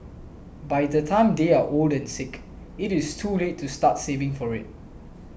by the time they are old and sick it is too late to start saving for it